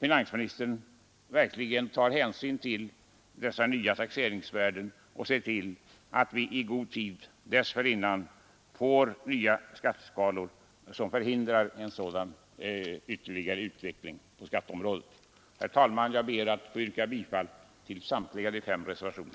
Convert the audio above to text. finansministern verkligen tar hänsyn till de nya taxeringsvärdena och ser till att vi i god tid får nya skatteskalor som förhindrar en ytterligare försämrad utveckling på skatteområdet. Herr talman! Jag ber att få yrka bifall till samtliga fem reservationer.